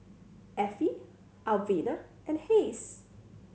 Affie Elvina and Hays